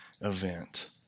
event